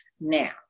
now